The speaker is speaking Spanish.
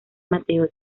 mateo